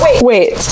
wait